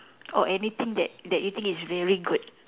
oh anything that that you think is very good